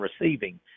receiving